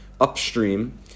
upstream